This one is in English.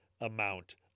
amount